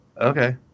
okay